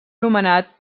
nomenat